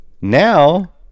Now